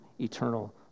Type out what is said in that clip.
eternal